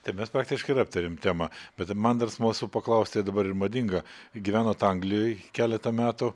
tai mes praktiškai ir aptarėm temą bet man dar smalsu paklausti dabar ir madinga gyvenot anglijoj keletą metų